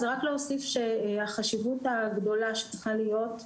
אז רק להוסיף שהחשיבות הגדולה שצריכה להיות,